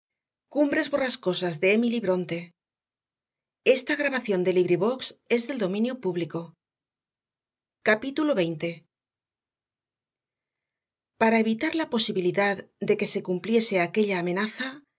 veinte para evitar la posibilidad de que se cumpliese aquella amenaza el